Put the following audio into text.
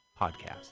podcast